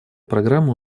программы